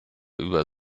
über